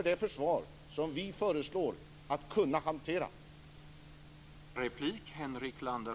Det försvar som vi föreslår kommer att kunna hantera detta.